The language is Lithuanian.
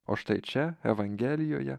o štai čia evangelijoje